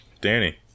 danny